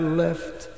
left